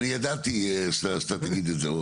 אני ידעתי שאתה תגיד את זה.